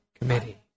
committee